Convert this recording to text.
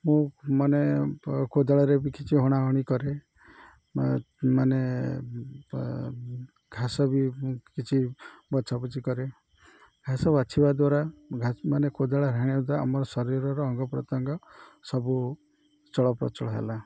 ମୁଁ ମାନେ କୋଦାଳରେ ବି କିଛି ହଣା ହଣି କରେ ମାନେ ଘାସ ବି ମୁଁ କିଛି ବଛାବୁଛିି କରେ ଘାସ ବାଛିବା ଦ୍ୱାରା ଘା ମାନେ କୋଦାଳ ହାଣିବା ଆମର ଶରୀରର ଅଙ୍ଗ ପ୍ରତ୍ୟଙ୍ଗ ସବୁ ଚଳପ୍ରଚଳ ହେଲା